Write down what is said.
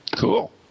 Cool